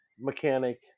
mechanic